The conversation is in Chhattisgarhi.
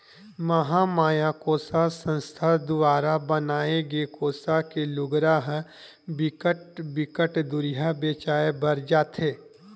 महमाया कोसा संस्था दुवारा बनाए गे कोसा के लुगरा ह बिकट बिकट दुरिहा बेचाय बर जाथे